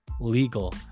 legal